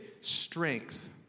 strength